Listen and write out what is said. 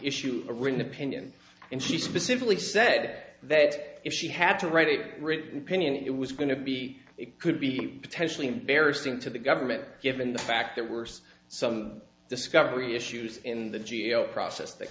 issue a written opinion and she specifically said that if she had to write it written opinion it was going to be it could be potentially embarrassing to the government given the fact that worse some discovery issues in the g a o process that